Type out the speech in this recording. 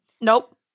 Nope